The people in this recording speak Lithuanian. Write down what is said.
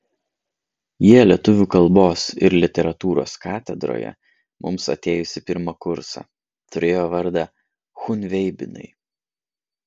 jie lietuvių kalbos ir literatūros katedroje mums atėjus į pirmą kursą turėjo vardą chunveibinai